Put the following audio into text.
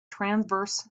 transverse